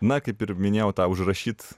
na kaip ir minėjau tą užrašyt